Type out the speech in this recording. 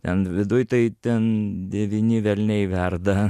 ten viduj tai ten devyni velniai verda